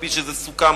אף-על-פי שזה סוכם?